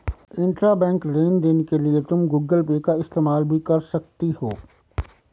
intrabank लेन देन के लिए तुम गूगल पे का इस्तेमाल भी कर सकती हो